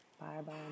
Bye-bye